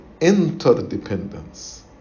Interdependence